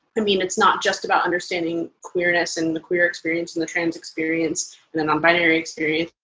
and mean, it's not just about understanding queerness and the queer experience and the trans experience and the non-binary experience.